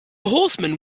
horseman